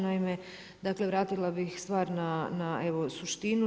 Naime, dakle vratila bih stvar na suštinu.